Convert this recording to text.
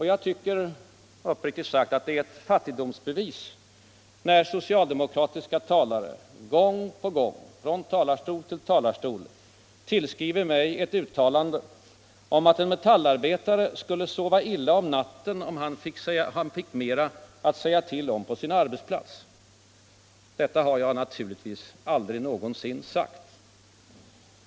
Jag tycker uppriktigt sagt att det är ett fattigdomsbevis när socialdemokratiska talare gång på gång och från talarstol till talarstol tillskriver mig ett uttalande om att en metallarbetare skulle sova illa om natten om han fick mera att säga till om på sin arbetsplats. Detta har jag naturligtvis aldrig någonsin sagt!